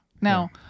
Now